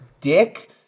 dick